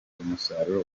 umusaruro